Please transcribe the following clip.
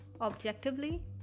objectively